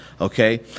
Okay